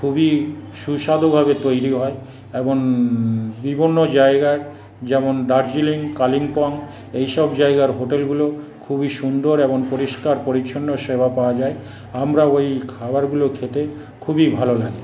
খুবই সুস্বাদুভাবে তৈরি হয় এবং বিভিন্ন জায়গার যেমন দার্জিলিং কালিম্পং এইসব জায়গার হোটেলগুলো খুবই সুন্দর এবং পরিষ্কার পরিচ্ছন্ন সেবা পাওয়া যায় আমরা ওই খাবারগুলো খেতে খুবই ভালো লাগে